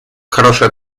хорошей